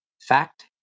fact